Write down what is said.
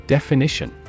Definition